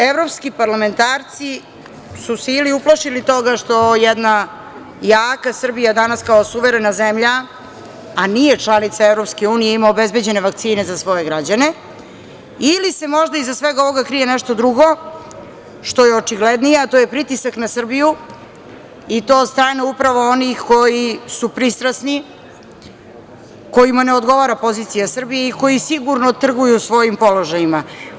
Evropski parlamentarci su se ili uplašili toga što jedna jaka Srbija danas kako suverena zemlja, a nije članica EU, ima obezbeđene vakcine za svoje građane ili se možda iza svega ovoga krije nešto drugo, što je očiglednije, a to je pritisak na Srbiju i to od strane upravo onih koji su pristrasni, kojima ne odgovara pozicija Srbije i koji sigurno trguju svojim položajima.